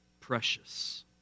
precious